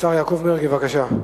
השר יעקב מרגי, בבקשה.